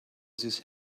these